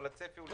אבל הצפי הוא,